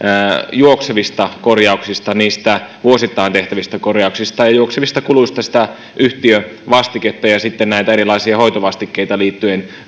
juoksevista korjauksista niistä vuosittain tehtävistä korjauksista ja juoksevista kuluista sitä yhtiövastiketta ja sitten näitä erilaisia hoitovastikkeita liittyen taloyhtiön